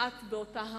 וכמעט באותה המנטרה,